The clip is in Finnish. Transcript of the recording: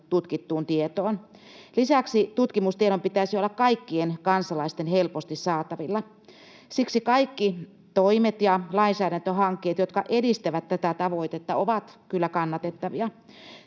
tutkittuun tietoon. Lisäksi tutkimustiedon pitäisi olla kaikkien kansalaisten helposti saatavilla. Siksi kaikki toimet ja lainsäädäntöhankkeet, jotka edistävät tätä tavoitetta, ovat kyllä kannatettavia.